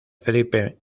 felipe